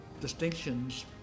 distinctions